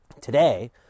Today